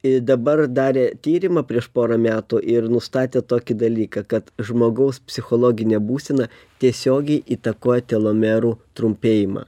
ir dabar darė tyrimą prieš porą metų ir nustatė tokį dalyką kad žmogaus psichologinė būsena tiesiogiai įtakoja telomerų trumpėjimą